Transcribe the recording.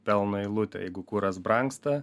pelno eilutę jeigu kuras brangsta